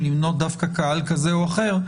למנות דווקא קהל זה או אחר,